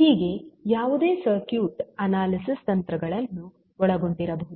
ಹೀಗೆ ಯಾವುದೇ circuit analysis ತಂತ್ರಗಳನ್ನು ಒಳಗೊಂಡಿರಬಹುದು